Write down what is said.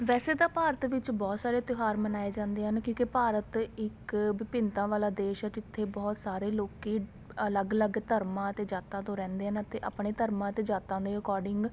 ਵੈਸੇ ਤਾਂ ਭਾਰਤ ਵਿੱਚ ਬਹੁਤ ਸਾਰੇ ਤਿਉਹਾਰ ਮਨਾਏ ਜਾਂਦੇ ਹਨ ਕਿਉਂਕਿ ਭਾਰਤ ਇੱਕ ਵਿਭਿੰਨਤਾ ਵਾਲਾ ਦੇਸ਼ ਹੈ ਜਿੱਥੇ ਬਹੁਤ ਸਾਰੇ ਲੋਕ ਅਲੱਗ ਅਲੱਗ ਧਰਮਾਂ ਅਤੇ ਜਾਤਾਂ ਤੋਂ ਰਹਿੰਦੇ ਹਨ ਅਤੇ ਆਪਣੇ ਧਰਮਾਂ ਅਤੇ ਜਾਤਾਂ ਦੇ ਅਕੌਰਡਿੰਗ